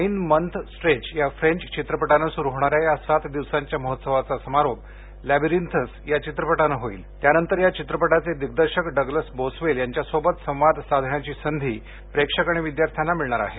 nine month stretch या French चित्रपटाने सुरु होणाऱ्या या सात दिवसांच्या महोत्सवाचा समारोप लॅबिरिन्थस या चित्रपटाने होईल त्यानंतर या चित्रपटाचे दिग्दर्शक डग्लस बोसवेल यांच्यासोबत संवाद साधण्याची संधी प्रेक्षक आणि विद्यार्थ्यांना मिळणार आहे